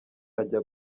ajya